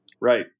right